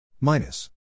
Minus